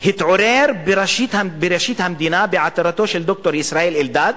התעורר בראשית המדינה, בעתירתו של ד"ר ישראל אלדד,